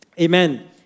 Amen